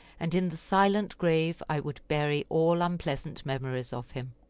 and in the silent grave i would bury all unpleasant memories of him.